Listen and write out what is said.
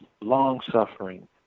long-suffering